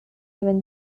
given